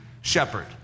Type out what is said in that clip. shepherd